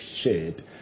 shared